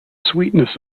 sweetness